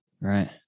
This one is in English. Right